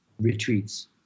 retreats